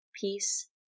peace